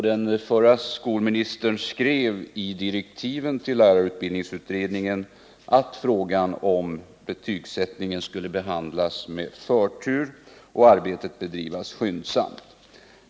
Den förra skolministern skrev i direktiven till lärarutbildningsutredningen att frågan om betygsättningen skulle behandlas med förtur och arbetet bedrivas skyndsamt.